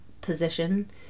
position